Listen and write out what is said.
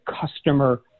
customer